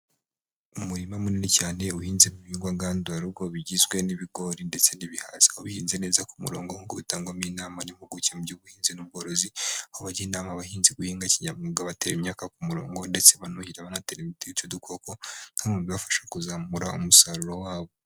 Umurima munini cyane uhinzemo ibihingwa ngandurarugo bigizwe n'ibigori ndetse n'ibihaza, aho bihinze neza ku murongo nk'uko bitangwamo inama n'impuguke mu by'ubuhinzi n'ubworozi, aho bagenda baha abahinzi guhinga kinyamwuga, batera imyaka ku murongo, ndetse banuhira banatera imiti yica udukoko, nka bimwe mu bibafasha kuzamura umusaruro wabo.